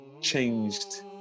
changed